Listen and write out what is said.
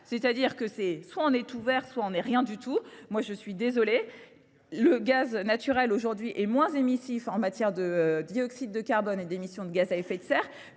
trop radicale : soit on est tout vert, soit on n’est rien du tout ! Or, j’en suis désolée, le gaz naturel est aujourd’hui moins émissif en matière de dioxyde de carbone et d’émissions de gaz à effet de serre